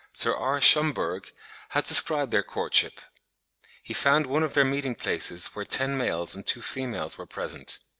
sir r. schomburgk has described their courtship he found one of their meeting-places where ten males and two females were present.